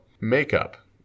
makeup